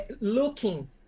looking